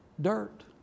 dirt